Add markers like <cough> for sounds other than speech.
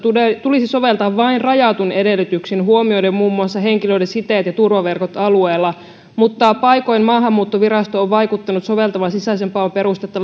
tulisi soveltaa vain rajatuin edellytyksin huomioiden muun muassa henkilöiden siteet ja turvaverkot alueella mutta paikoin maahanmuuttovirasto on vaikuttanut soveltavan sisäisen paon perustetta <unintelligible>